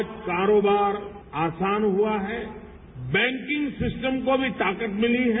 आज करोबार आसान हुआ है बैंकिंग सिस्टम को भी ताकत मिली है